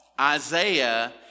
Isaiah